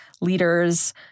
leaders